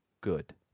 good